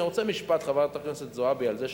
אני רוצה משפט, חברת הכנסת זועבי, על זה שאמרת: